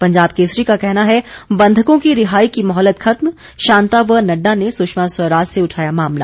पंजाब केसरी का कहना है बंधकों की रिहाई की मोहलत खत्म शांता व नड्डा ने सुषमा स्वराज से उठाया मामला